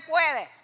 puede